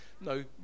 no